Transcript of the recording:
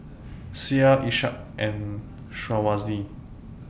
Syah Ishak and Syazwani